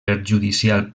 perjudicial